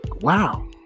Wow